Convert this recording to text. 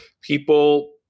people